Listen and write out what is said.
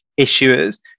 issuers